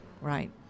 right